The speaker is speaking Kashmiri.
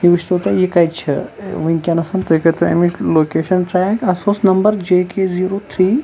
یہِ وُچھۍ تو تُہۍ یہِ کَتہِ چھِ ٲں وُنٛکیٚس تُہۍ کٔرۍ تو اَمِچ لوکیشَن ٹرٛیک اَتھ اوس number J K zero three